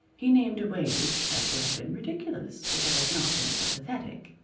he named a wage that would have been ridiculous if it had not been so pathetic.